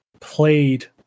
played